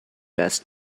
best